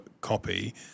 copy